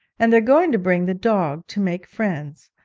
and they're going to bring the dog to make friends.